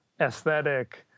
aesthetic